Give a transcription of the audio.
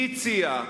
היא הציעה,